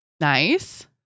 Nice